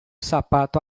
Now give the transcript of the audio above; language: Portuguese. sapato